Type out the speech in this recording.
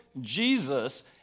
Jesus